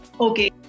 okay